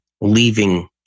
leaving